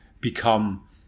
become